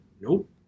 nope